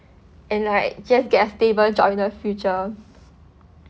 and like just get a stable job in the future